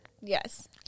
yes